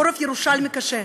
חורף ירושלמי קשה,